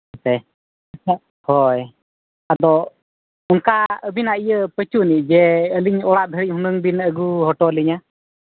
ᱦᱮᱸ ᱥᱮ ᱦᱳᱭ ᱟᱫᱚ ᱚᱱᱠᱟ ᱟᱹᱵᱤᱱᱟᱜ ᱤᱭᱟᱹ ᱯᱟᱹᱪᱩᱜ ᱡᱮ ᱟᱹᱞᱤᱧ ᱚᱲᱟᱜ ᱫᱷᱟᱹᱨᱤᱡ ᱦᱩᱱᱟᱹᱝ ᱵᱤᱱ ᱟᱹᱜᱩ ᱦᱚᱴᱚ ᱟᱹᱧᱟᱹ